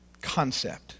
concept